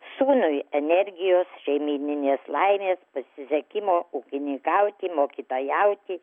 sūnui energijos šeimyninės laimės pasisekimo ūkininkauti mokytojauti